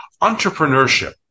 entrepreneurship